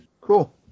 Cool